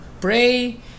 pray